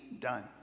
done